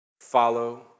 Follow